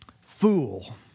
fool